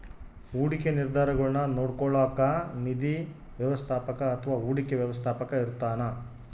ಹೂಡಿಕೆ ನಿರ್ಧಾರಗುಳ್ನ ನೋಡ್ಕೋಳೋಕ್ಕ ನಿಧಿ ವ್ಯವಸ್ಥಾಪಕ ಅಥವಾ ಹೂಡಿಕೆ ವ್ಯವಸ್ಥಾಪಕ ಇರ್ತಾನ